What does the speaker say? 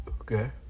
okay